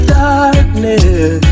darkness